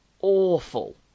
awful